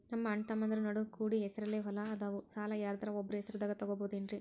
ನಮ್ಮಅಣ್ಣತಮ್ಮಂದ್ರ ನಡು ಕೂಡಿ ಹೆಸರಲೆ ಹೊಲಾ ಅದಾವು, ಸಾಲ ಯಾರ್ದರ ಒಬ್ಬರ ಹೆಸರದಾಗ ತಗೋಬೋದೇನ್ರಿ?